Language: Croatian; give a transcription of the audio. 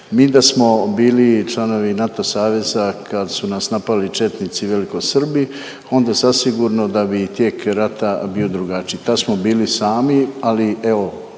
Mi da smo bili članovi NATO saveza kad su nas napali četnici u velikoj Srbiji onda zasigurno da bi i tijek rata bio drugačiji, tad smo bili sami, ali evo